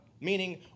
meaning